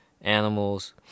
animals